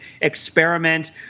experiment